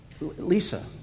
Lisa